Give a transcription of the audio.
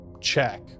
check